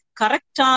correct